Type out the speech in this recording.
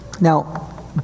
Now